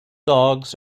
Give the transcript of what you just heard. dogs